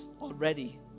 already